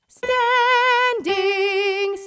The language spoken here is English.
standing